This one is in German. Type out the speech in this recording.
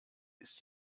ist